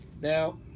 now